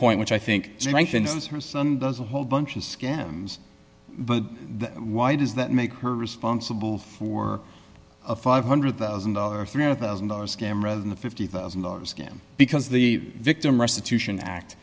point which i think she mentioned says her son does a whole bunch of scams but why does that make her responsible for a five hundred thousand dollars three hundred thousand dollars scam rather than the fifty thousand dollars game because the victim restitution act